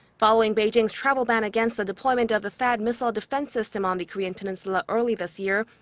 following beijing's travel ban against the deployment of the thaad missile defense system on the korean peninsula early this year.